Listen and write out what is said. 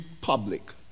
public